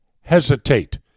hesitate